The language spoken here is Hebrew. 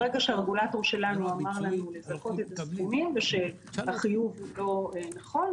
ברגע שהרגולטור שלנו אמר לנו לזכות את הסכומים ושהחיוב אינו נכון,